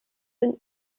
den